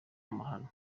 amahano